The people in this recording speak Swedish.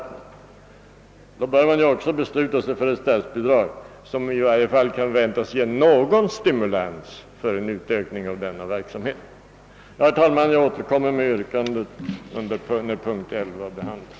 Man bör då besluta sig för ett statsbidrag, som i varje fall kan förväntas ge någon stimulans till en utökning av verksamheten i fråga. Herr talman! Jag återkommer med mitt yrkande när punkt 11 behandlas.